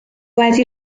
wedi